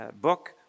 book